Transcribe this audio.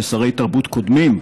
זה לא מקרי ששרי תרבות קודמים,